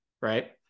Right